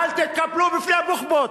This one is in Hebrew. ואל תתקפלו בפני בוחבוט.